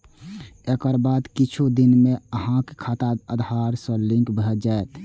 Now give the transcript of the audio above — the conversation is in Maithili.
एकर बाद किछु दिन मे अहांक खाता आधार सं लिंक भए जायत